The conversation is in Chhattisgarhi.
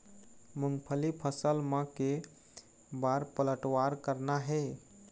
मूंगफली फसल म के बार पलटवार करना हे?